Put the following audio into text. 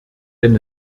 denn